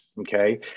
okay